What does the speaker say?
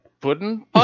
pudding